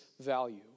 value